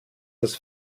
das